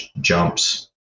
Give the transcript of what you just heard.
jumps